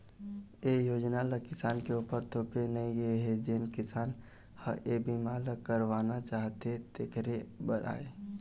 ए योजना ल किसान के उपर थोपे नइ गे हे जेन किसान ह ए बीमा ल करवाना चाहथे तेखरे बर आय